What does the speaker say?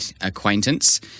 acquaintance